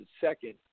second